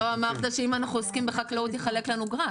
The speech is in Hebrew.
אספר על עצמי.